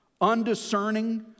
undiscerning